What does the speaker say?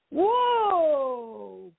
Whoa